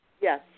Yes